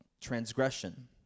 transgression